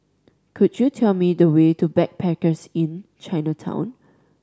could you tell me the way to Backpackers Inn Chinatown